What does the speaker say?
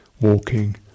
walking